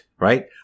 right